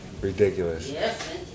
Ridiculous